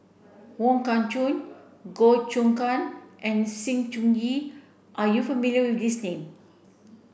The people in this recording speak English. Wong Kah Chun Goh Choon Kang and Sng Choon Yee are you familiar with these name